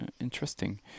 interesting